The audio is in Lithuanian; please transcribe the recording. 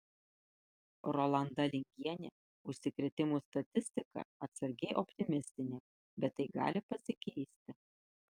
rolanda lingienė užsikrėtimų statistika atsargiai optimistinė bet tai gali pasikeisti